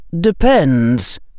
depends